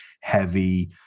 heavy